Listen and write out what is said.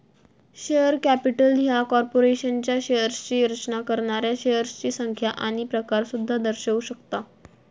share capital ह्या कॉर्पोरेशनच्या शेअर्सची रचना करणाऱ्या शेअर्सची संख्या आणि प्रकार सुद्धा दर्शवू शकता